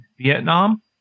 Vietnam